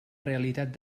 realitat